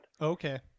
okay